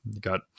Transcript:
got